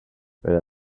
but